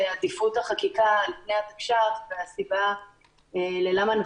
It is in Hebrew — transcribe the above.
אמנם הבקשה היא ל-16 ליוני אבל חשוב להדגיש שזו בקשה שכוללת את הזמן של